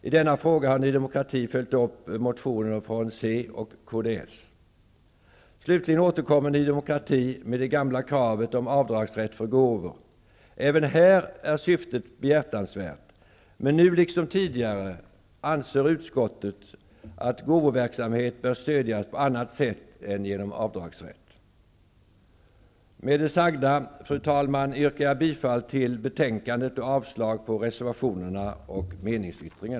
I denna fråga har Slutligen återkommer Ny demokrati med det gamla kravet på avdragsrätt för gåvor. Även i denna fråga är syftet behjärtansvärt, men nu liksom tidigare anser utskottet att gåvoverksamhet bör stödjas på annat sätt än genom avdragsrätt. Med det sagda, fru talman, yrkar jag bifall till utskottets hemställan och avslag på reservationerna och meningsyttringen.